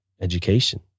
education